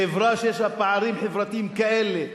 חברה שיש בה פערים חברתיים כאלה.